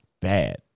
bad